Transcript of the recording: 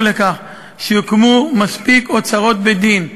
לכך שיוקמו מספיק אוצרות בית-דין לפירות.